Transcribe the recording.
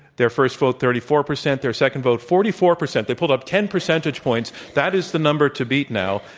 their first vote thirty four percent, their second vote forty four percent. they pulled up ten percentage points. that is the number to beat now.